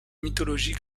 mythologie